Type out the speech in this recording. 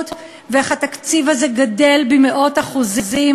ואיך התקציב הזה גדל במאות אחוזים